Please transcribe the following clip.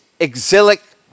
exilic